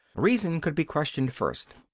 reason could be questioned first.